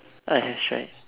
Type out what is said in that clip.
I have tried